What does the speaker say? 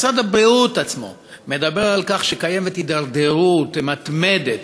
משרד הבריאות עצמו מדברים על כך שקיימת הידרדרות מתמדת